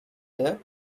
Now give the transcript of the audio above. there